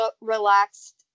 relaxed